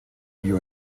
you